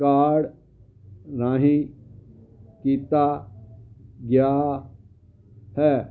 card ਰਾਹੀਂ ਕੀਤਾ ਗਿਆ ਹੈ